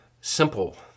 simple